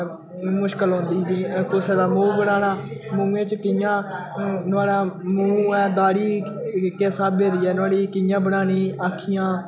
मुश्कल औंदी जियां कुसै दा मूंह् बनाना मुहें च कियां नोहाड़ा मूंह् ऐ दाड़ी इक्कै स्हाबै दी ऐ नोहाड़ी कियां बनानी आक्खियां